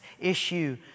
issue